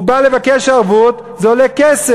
הוא בא לבקש ערבות, וזה עולה כסף.